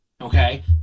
Okay